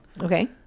Okay